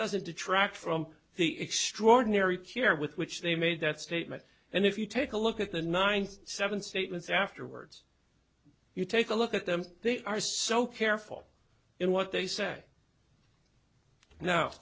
doesn't detract from the extraordinary care with which they made that statement and if you take a look at the ninety seven statements afterwards you take a look at them they are so careful in what they say no